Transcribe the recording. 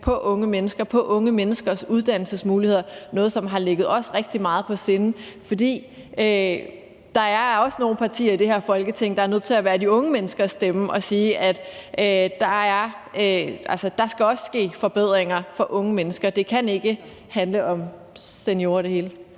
på unge mennesker og på unge menneskers uddannelsesmuligheder – noget, som har ligget os rigtig meget på sinde, for der er også nogle partier i det her Folketing, der er nødt til at være de unge menneskers stemme og sige, at der også skal ske forbedringer for unge mennesker. Det hele kan ikke handle om seniorer. Kl.